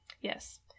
Yes